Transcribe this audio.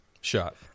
shot